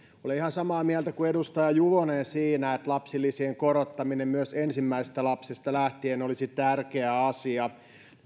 olen ihan samaa mieltä kuin edustaja juvonen siinä että lapsilisien korottaminen myös ensimmäisestä lapsesta lähtien olisi tärkeä asia